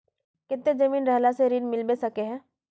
केते जमीन रहला से ऋण मिलबे सके है?